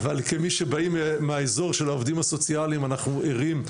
אבל כמי שבאים מהתחום של העובדים הסוציאליים אנחנו ערים,